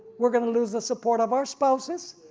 we are gonna lose the support of our spouses,